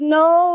no